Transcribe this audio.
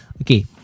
Okay